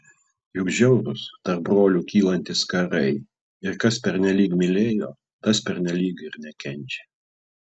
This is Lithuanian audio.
juk žiaurūs tarp brolių kylantys karai ir kas pernelyg mylėjo tas pernelyg ir nekenčia